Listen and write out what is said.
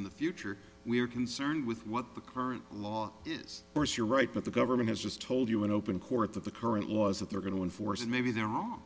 in the future we're concerned with what the current law is force you're right but the government has just told you in open court that the current laws that they're going to enforce and maybe they're all